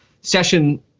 session